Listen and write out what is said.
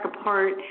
apart